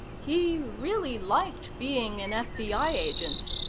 he really liked being an fbi agent.